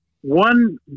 One